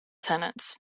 tenants